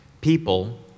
people